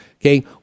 okay